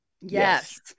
Yes